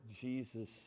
Jesus